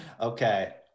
okay